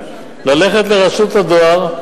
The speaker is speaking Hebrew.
והיא ללכת לרשות הדואר,